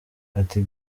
ati